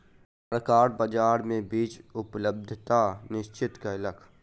सरकार बाजार मे बीज उपलब्धता निश्चित कयलक